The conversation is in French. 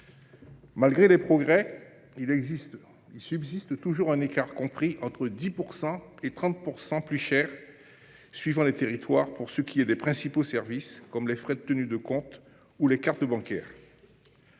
Malgré les progrès, il subsiste toujours un écart compris entre 10 % et 30 % suivant les territoires pour ce qui est des principaux services comme les frais de tenue de compte ou les cartes bancaires.